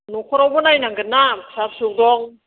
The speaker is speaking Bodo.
न'खरावबो नायनांगोन ना फिसा फिसौ दं